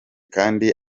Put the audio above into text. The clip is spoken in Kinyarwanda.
kandi